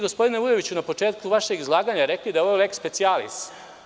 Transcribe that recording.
Gospodine Vujoviću, vi ste na početku vašeg izlaganja rekli da je ovo leks specijalis.